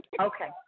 Okay